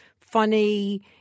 Funny